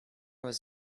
was